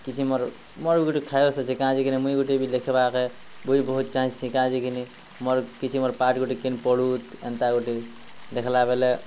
କିଛି ମୋର୍ ମୋର୍ ବି ଗୁଟେ ଖ୍ୱାୟିସ୍ ଅଛେ କିଁ କାଏଁଯେ'କି ନା ମୁଇଁ ଗୁଟେ ବି ଲେଖ୍ବା କେ ବହୁତ୍ ବହୁତ୍ ଚାହେଁସି କାଏଁଯେ' କିନି ମୋର୍ କିଛି ମୋର୍ ପାଠ୍ ଗୁଟେ କେନି ପଢୁ ଏନ୍ତା ଗୁଟେ ଦେଖ୍ଲା ବେଲେ